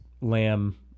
Lamb